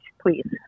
please